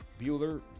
Bueller